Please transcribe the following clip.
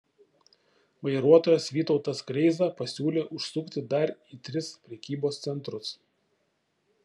vairuotojas vytautas kreiza pasiūlė užsukti dar į tris prekybos centrus